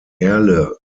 erle